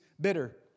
bitter